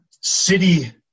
city